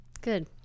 Good